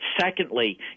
secondly